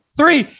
three